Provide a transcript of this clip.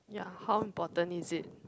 ya how important is it